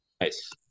Nice